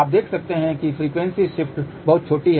आप देख सकते हैं कि फ्रिक्वेंसी शिफ्ट बहुत छोटी है